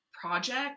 project